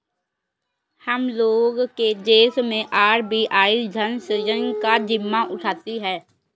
हम लोग के देश मैं आर.बी.आई धन सृजन का जिम्मा उठाती है